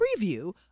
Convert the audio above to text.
preview